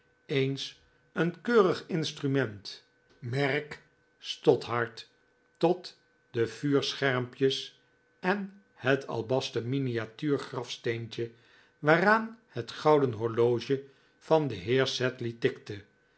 eens een keurig instrument merk stothard tot de vuurschermpjes en het albasten miniatuur grafsteentje waaraan het gouden horloge van den heer sedley tikte